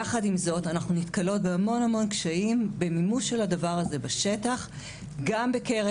יחד עם זאת אנחנו נתקלות בהמון קשיים במימוש של הדבר הזה בשטח גם בקרב